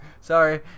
Sorry